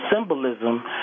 symbolism